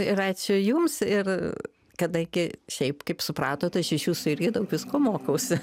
ir ačiū jums ir kadangi šiaip kaip supratot aš iš jūsų irgi daug visko mokausi